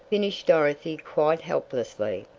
finished dorothy quite helplessly.